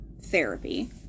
therapy